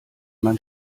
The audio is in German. man